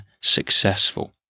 successful